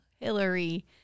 Hillary